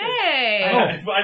hey